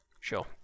Sure